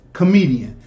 comedian